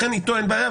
לכן אין איתו בעיה,